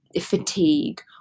fatigue